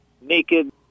naked